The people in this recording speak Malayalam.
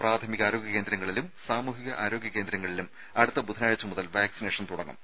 പ്രാഥമിക ആരോഗ്യ കേന്ദ്രങ്ങളിലും സാമൂഹിക ആരോഗ്യ കേന്ദ്രങ്ങളിലും അടുത്ത ബുധനാഴ്ച മുതൽ വാക്സിനേഷൻ തുടങ്ങും